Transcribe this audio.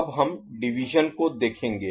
अब हम division Division विभाजन को देखेंगे